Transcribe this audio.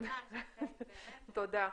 תודה.